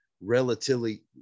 relatively